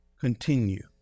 continue